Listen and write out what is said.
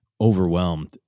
overwhelmed